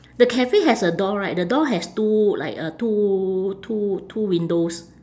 the cafe has a door right the door has two like uh two two two windows